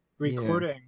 recording